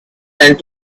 and